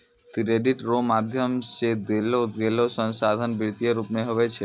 credit रो माध्यम से देलोगेलो संसाधन वित्तीय रूप मे हुवै छै